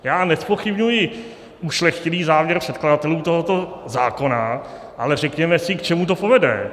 Já nezpochybňuji ušlechtilý záměr předkladatelů tohoto zákona, ale řekněme si, k čemu to povede.